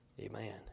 Amen